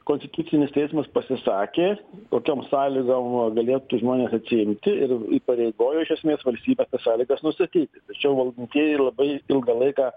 konstitucinis teismas pasisakė kokiom sąlygom galėtų žmonės atsiimti ir įpareigojo iš esmės valstybę tas sąlygas nustatyti tačiau valdantieji labai ilgą laiką